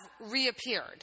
reappeared